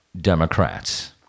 democrats